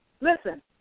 Listen